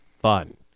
fun